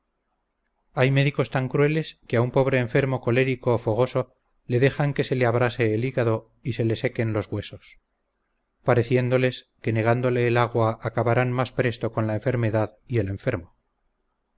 hay médicos tan crueles que a un pobre enfermo colérico fogoso le dejan que se le abrase el hígado y se le sequen los huesos pareciéndoles que negándole el agua acabarán más presto con la enfermedad y el enfermo